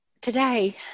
today